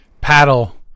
paddle